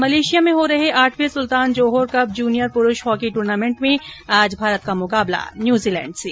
Malaysia में हो रहे आठवें सुल्तान जोहोर कप जूनियर पुरुष हॉकी टूर्नामेंट में आज भारत का मुकाबला न्यूजीलैण्ड से